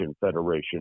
Federation